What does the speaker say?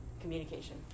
communication